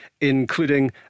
including